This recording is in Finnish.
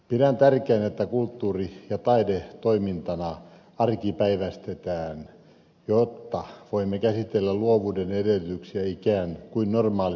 pidän tärkeänä että kulttuuri ja taide toimintana arkipäiväistetään jotta voimme käsitellä luovuuden edellytyksiä ikään kuin normaalina toimintana